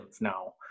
now